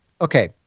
Okay